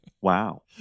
Wow